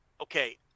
okay